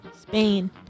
Spain